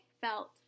felt